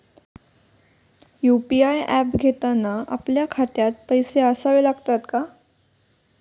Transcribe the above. UPI app घेताना आपल्या खात्यात पैसे असावे लागतात का?